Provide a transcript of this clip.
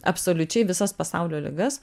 absoliučiai visas pasaulio ligas